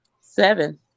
Seven